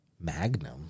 Magnum